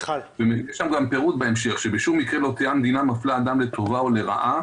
יש גם פירוט בהמשך: "שבשום מקרה לא תהא המדינה מפלה אדם לטובה או לרעה